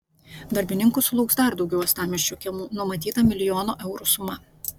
darbininkų sulauks dar daugiau uostamiesčio kiemų numatyta milijono eurų suma